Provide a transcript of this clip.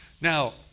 Now